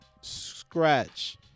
scratch